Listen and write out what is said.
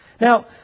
Now